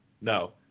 No